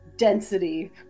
Density